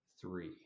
Three